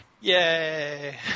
Yay